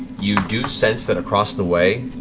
you do sense that across the way,